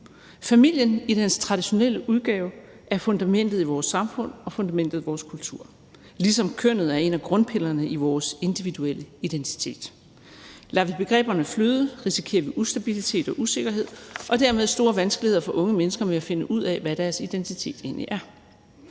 Familien i dens traditionelle udgave er fundamentet i vores samfund og fundamentet i vores kultur, ligesom kønnet er en af grundpillerne i vores individuelle identitet. Lader vi begreberne flyde, risikerer vi ustabilitet og usikkerhed og dermed store vanskeligheder for unge mennesker med at finde ud af, hvad deres identitet egentlig er.